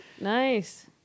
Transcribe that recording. Nice